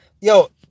Yo